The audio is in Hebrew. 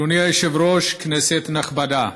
אדוני היושב-ראש, כנסת נכבדה,